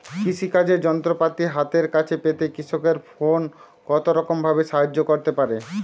কৃষিকাজের যন্ত্রপাতি হাতের কাছে পেতে কৃষকের ফোন কত রকম ভাবে সাহায্য করতে পারে?